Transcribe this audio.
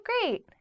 great